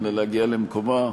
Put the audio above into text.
לה להגיע למקומה,